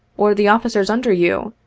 or the officers under you,